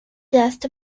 guest